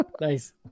Nice